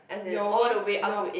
your worst your